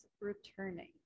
returning